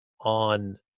on